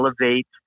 elevate